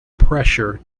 pressure